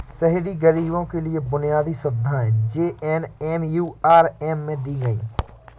शहरी गरीबों के लिए बुनियादी सुविधाएं जे.एन.एम.यू.आर.एम में दी गई